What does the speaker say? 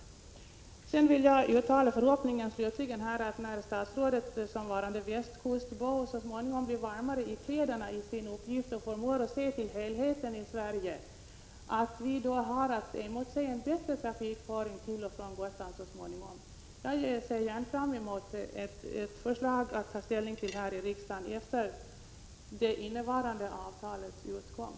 Avslutningsvis vill jag uttala förhoppningen att statsrådet som varande från västkusten så småningom blir varmare i kläderna i sin uppgift och förmår att se till helheten, så att vi har att emotse en bättre trafik till och från Gotland. Jag ser fram mot ett förslag att ta ställning till här i riksdagen efter det nuvarande avtalets utgång.